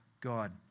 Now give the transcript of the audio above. God